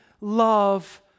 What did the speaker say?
love